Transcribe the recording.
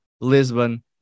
Lisbon